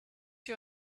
you